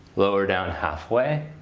lower down half way.